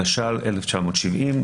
התש"ל-1970.